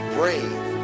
brave